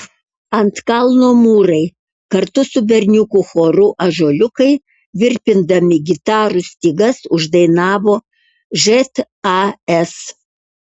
ant kalno mūrai kartu su berniukų choru ąžuoliukai virpindami gitarų stygas uždainavo žas